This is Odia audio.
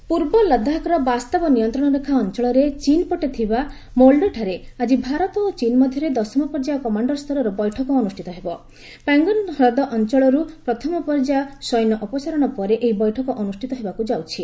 ଇଣ୍ଡିଆ ଚୀନ୍ ପୂର୍ବ ଲଦାଖର ବାସ୍ତବ ନିୟନ୍ତ୍ରଣ ରେଖା ଅଞ୍ଚଳରେ ଚୀନ୍ ପଟେ ଥିବା ମୋଲ୍ଛୋଠାରେ ଆଜି ଭାରତ ଓ ଚୀନ୍ ମଧ୍ୟରେ ଦଶମ ପର୍ଯ୍ୟାୟ କମାଣ୍ଡର ସ୍ତରର ବୈଠକ ଅନୁଷ୍ଠିତ ହେବ ପ୍ୟାଙ୍ଗନ୍ ହ୍ରଦ ଅଞ୍ଚଳରୁ ପ୍ରଥମ ପର୍ଯ୍ୟାୟ ସୈନ୍ୟ ଅପସାରଣ ପରେ ଏହି ବୈଠକ ଅନୁଷ୍ଠିତ ହେବାକୁ ଯାଉଛି